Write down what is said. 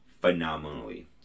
phenomenally